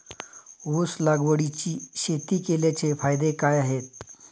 ऊस लागवडीची शेती केल्याचे फायदे काय आहेत?